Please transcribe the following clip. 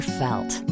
felt